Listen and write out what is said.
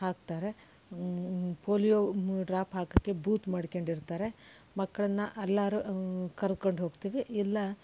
ಹಾಕ್ತಾರೆ polio drop ಹಾಕೋಕ್ಕೆ booth ಮಾಡ್ಕೊಂಡಿರ್ತಾರೆ ಮಕ್ಕಳನ್ನು ಅಲ್ಲಾದ್ರು ಕರ್ಕೊಂಡು ಹೋಗ್ತೀವಿ ಇಲ್ಲ